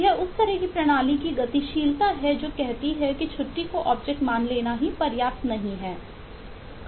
तो यह उस तरह की प्रणाली की गतिशीलता है जो कहती है कि छुट्टी को ऑब्जेक्ट मान लेना ही पर्याप्त नहीं है